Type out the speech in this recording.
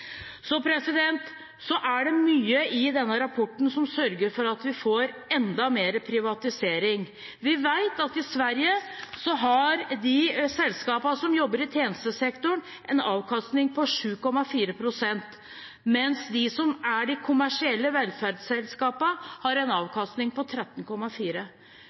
Så er det mye i denne rapporten som sørger for at vi får enda mer privatisering. Vi vet at i Sverige har selskapene i tjenestesektoren en avkastning på 7,4 pst., mens de kommersielle velferdsselskapene har en avkastning på 13,4